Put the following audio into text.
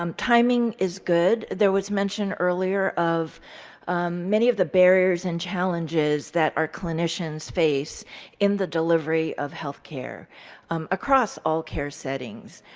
um timing is good. there was mention earlier of many of the barriers and challenges that our clinicians face in the delivery of healthcare um across all care settings.